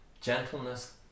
Gentleness